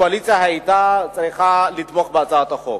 הקואליציה היתה צריכה לתמוך בהצעת החוק.